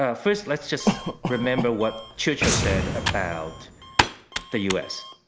ah first, let's just remember what churchill said about the u. s.